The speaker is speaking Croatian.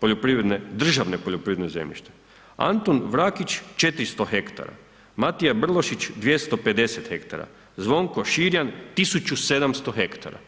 poljoprivredne, državne poljoprivredne zemljište, Antun Vrakić 400 hektara, Matija Brlošić 250 hektara, Zvonko Širjan 1700 hektara.